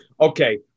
Okay